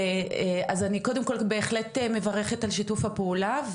אז אני באמת קודם כל בהחלט מברכת על שיתוף הפעולה.